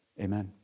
Amen